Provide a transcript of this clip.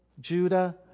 Judah